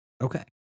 Okay